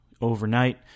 overnight